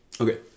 Okay